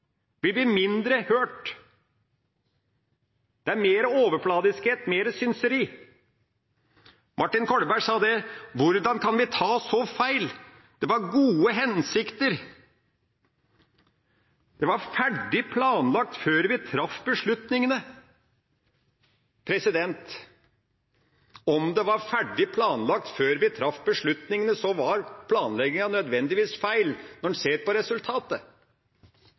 mindre hørt. Det er mer overfladiskhet, mer synsing. Martin Kolberg spurte hvordan vi kunne ta så feil. Det var gode hensikter. Det var ferdig planlagt før vi traff beslutningene. Om det var ferdig planlagt før vi traff beslutningene, var planlegginga nødvendigvis feil når en ser på resultatet.